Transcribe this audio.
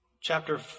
Chapter